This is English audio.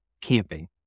camping